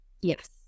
Yes